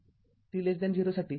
तर हा व्होल्टेज स्रोत V0u दिला आहे